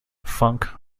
funk